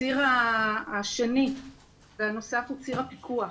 הציר השני והנוסף הוא ציר הפיקוח.